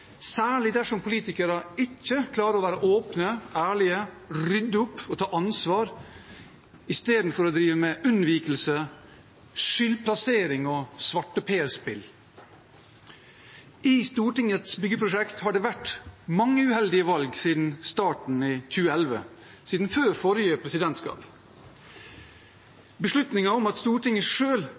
særlig dersom politikere ikke klarer å være åpne og ærlige, rydde opp og ta ansvar istedenfor å drive med unnvikelse, skyldplassering og svarteperspill. I Stortingets byggeprosjekt har det vært mange uheldige valg siden starten i 2011 – siden før forrige presidentskap. Beslutningen om at Stortinget